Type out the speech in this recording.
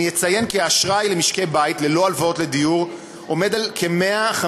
אני אציין כי אשראי למשקי-בית ללא הלוואות לדיור עומד על כ-150